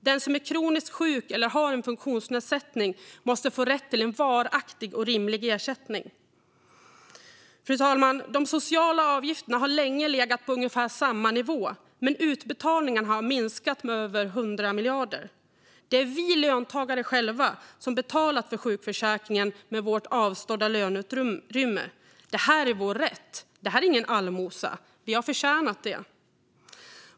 Den som är kronisk sjuk eller har en funktionsnedsättning måste få rätt till en varaktig och rimlig ersättning. Fru talman! De sociala avgifterna har länge legat på ungefär samma nivå, men utbetalningarna har minskat med över 100 miljarder. Det är vi löntagare som betalar för sjukförsäkringen med vårt avstådda löneutrymme. Det här är vår rätt och ingen allmosa. Vi har förtjänat det.